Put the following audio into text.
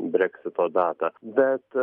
breksito datą bet